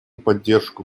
поддержку